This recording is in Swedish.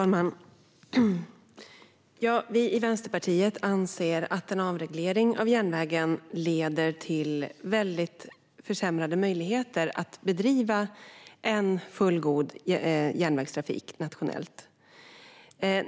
Fru talman! Vi i Vänsterpartiet anser att en avreglering av järnvägen leder till kraftigt försämrade möjligheter att bedriva en fullgod järnvägstrafik nationellt.